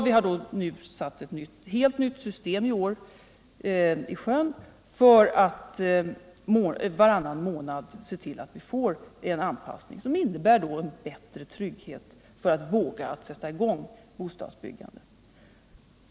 Vi har nu satt ett helt nytt system i funktion i år, för att varannan månad se till att det blir en anpassning som innebär bättre trygghet när man skall sätta i gång bostadsbyggande.